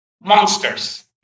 monsters